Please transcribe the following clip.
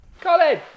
Colin